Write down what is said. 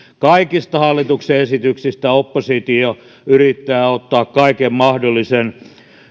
kaikista hallituksen esityksistä oppositio yrittää ottaa kaiken mahdollisen